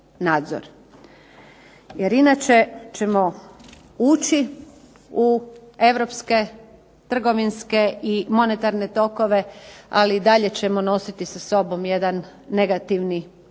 Jer inače ćemo ući u Europske trgovinske monetarne tokove ali i dalje ćemo nositi sa sobom jedan negativni ili